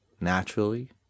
naturally